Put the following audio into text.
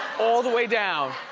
all the way down,